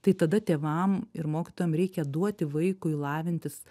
tai tada tėvam ir mokytojam reikia duoti vaikui lavintis